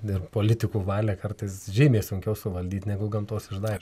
ir politikų valią kartais žymiai sunkiau suvaldyt negu gamtos išdaigą